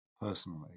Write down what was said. personally